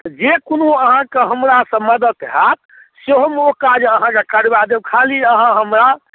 जे कोनो अहाँके हमरासँ मदति हैत से हम ओ काज अहाँके हम करवा देब खाली अहाँ हमरा